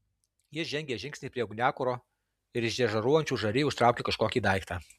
jis žengė žingsnį prie ugniakuro ir iš žėruojančių žarijų ištraukė kažkokį daiktą